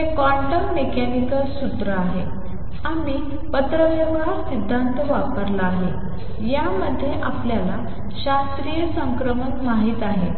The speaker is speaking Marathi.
तर हे क्वांटम मेकॅनिकल सूत्र आहे आहे आम्ही पत्रव्यवहार सिद्धांत वापरला आहे यामध्ये आपल्याला शास्त्रीय संक्रमण माहित आहे